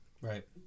Right